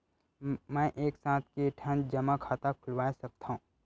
मैं एक साथ के ठन जमा खाता खुलवाय सकथव?